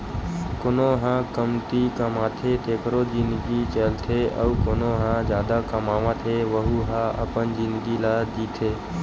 कोनो ह कमती कमाथे तेखरो जिनगी चलथे अउ कोना ह जादा कमावत हे वहूँ ह अपन जिनगी ल जीथे